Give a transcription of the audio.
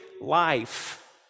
life